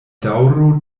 daŭro